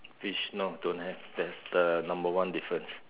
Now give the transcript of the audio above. fish no don't have that's the number one difference